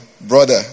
brother